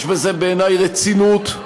יש בזה, בעיני, רצינות.